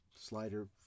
Slider